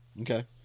okay